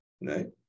right